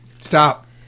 Stop